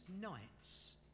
nights